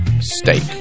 steak